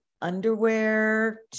underwear